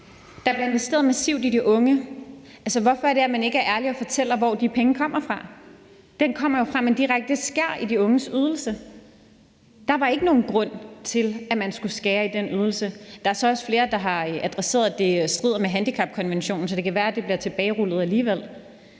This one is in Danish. Der bliver investeret massivt i de unge. Hvorfor er det, at man ikke er ærlig og fortæller, hvor de penge kommer fra? De kommer jo fra, at man direkte skærer i de unges ydelse. Der var ikke nogen grund til, at man skulle skære i den ydelse. Der er så også flere, der har adresseret, at det strider mod handicapkonventionen, så det kan være, det bliver tilbagerullet alligevel.